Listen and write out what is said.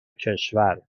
کشور